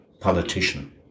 politician